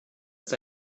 ist